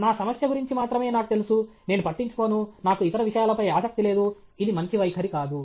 నా సమస్య గురించి మాత్రమే నాకు తెలుసు నేను పట్టించుకోను నాకు ఇతర విషయాలపై ఆసక్తి లేదు ఇది మంచి వైఖరి కాదు